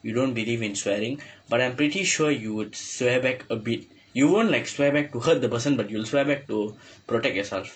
you don't believe in swearing but I'm pretty sure you would swear back a bit you won't like swear back to hurt the person but you will swear back to protect yourself